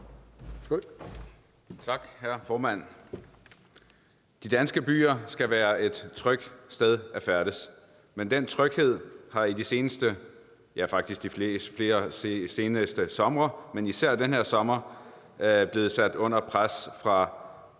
Tak, hr. formand. De danske byer skal være et trygt sted at færdes, men den tryghed er faktisk de seneste somre, men især den her sommer, blevet sat under pres fra